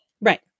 Right